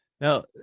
Now